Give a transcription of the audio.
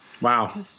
Wow